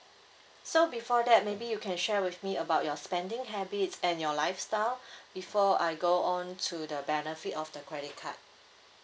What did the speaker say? so before that maybe you can share with me about your spending habits and your lifestyle before I go on to the benefit of the credit card